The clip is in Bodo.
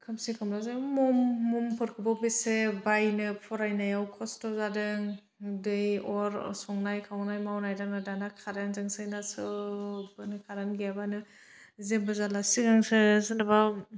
खोमसि खोमलावजों मम ममफोरखौबो बेसे बायनो फरायनायाव खस्थ जादों दै अर संनाय खावनाय मावनाय दांनाय दाना खारेन्टजोंसोनना सोबआनो खारेन्ट गैयाबानो जेबो जाला सिगांसो जेनोबा